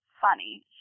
funny